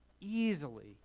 easily